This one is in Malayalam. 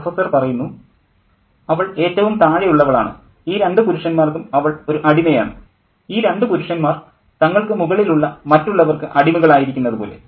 പ്രൊഫസ്സർ അവൾ ഏറ്റവും താഴെയുള്ളവളാണ് ഈ രണ്ട് പുരുഷന്മാർക്കും അവൾ ഒരു അടിമയാണ് ഈ രണ്ട് പുരുഷന്മാർ തങ്ങൾക്ക് മുകളിലുള്ള മറ്റുള്ളവർക്ക് അടിമകളായിരിക്കുന്നതുപോലെ